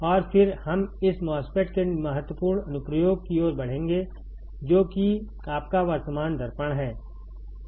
और फिर हम इस MOSFET के महत्वपूर्ण अनुप्रयोग की ओर बढ़ेंगे जो कि आपका वर्तमान दर्पण है